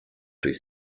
durch